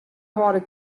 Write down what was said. hâlde